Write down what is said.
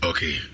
Okay